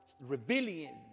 rebellion